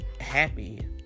happy